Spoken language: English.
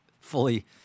fully